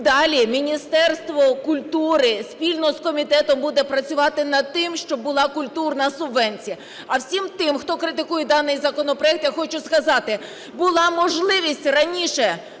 Далі Міністерство культури спільно з комітетом буде працювати над тим, щоб була культурна субвенція. А всім тим, хто критикує даний законопроект, я хочу сказати: була можливість раніше,